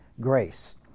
grace